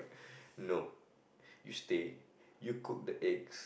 no you stay you cook the eggs